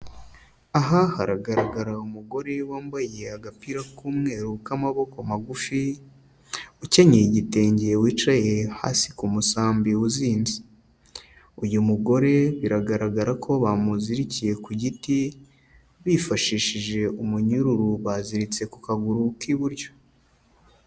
Aha haragaragara umugore wambaye agapira k'umweru k'amaboko magufi, ukenyeye igitenge wicaye hasi ku musambi uzinze, uyu mugore biragaragara ko bamuzirikiye ku giti bifashishije umunyururu, baziritse ku kaguru k'iburyo.